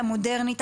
המודרנית,